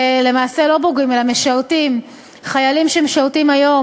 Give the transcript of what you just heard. למעשה לא בוגרים אלא משרתים, חיילים שמשרתים היום